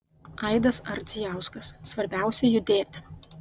aidas ardzijauskas svarbiausia judėti